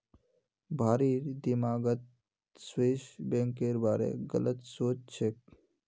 भारिर दिमागत स्विस बैंकेर बारे गलत सोच छेक